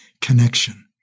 connection